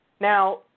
Now